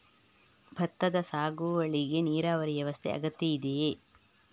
ಭತ್ತದ ಸಾಗುವಳಿಗೆ ನೀರಾವರಿ ವ್ಯವಸ್ಥೆ ಅಗತ್ಯ ಇದೆಯಾ?